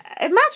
Imagine